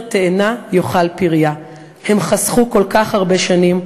תאנה יאכל פריה"; הם חסכו כל כך הרבה שנים,